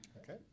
Okay